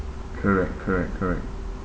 correct correct correct